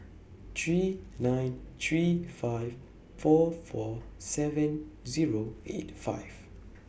three nine three five four four seven Zero eight five